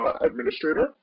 administrator